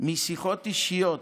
משיחות אישיות,